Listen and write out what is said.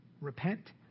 repent